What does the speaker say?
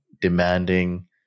demanding